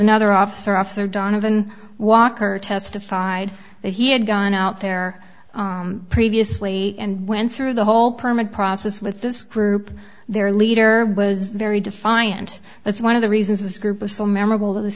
officer officer donovan walker testified that he had gone out there previously and went through the whole permit process with this group their leader was very defiant that's one of the reasons this group was so memorable the